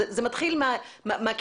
זה מתחיל מהכיתה,